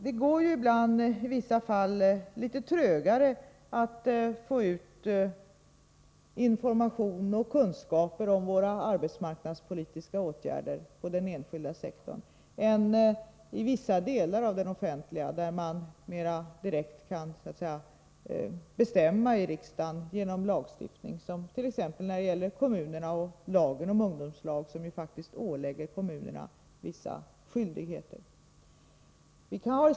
Det går i vissa fall litet trögare att få ut information och kunskaper om våra arbetsmarknadspolitiska åtgärder inom den enskilda sektorn än inom vissa delar av den offentliga, där vi kan bestämma mer direkt i riksdagen genom lagstiftning, t.ex. när det gäller kommunerna och lagen om ungdomslag, som faktiskt ålägger kommunerna vissa skyldigheter.